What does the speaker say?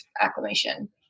acclimation